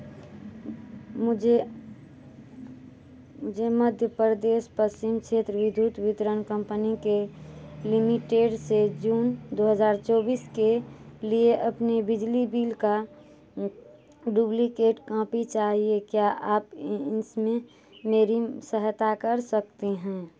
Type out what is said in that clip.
मुझे मुझे मध्यप्रदेश पश्चिम क्षेत्र विधुत वितरण कंपनी के लिमिटेड से जून दो हज़ार चौबीस के लिए अपने बिजली बिल का डुब्लिकेट कांपी चाहिए क्या आप इसमें मेरी सहायता कर सकते हैं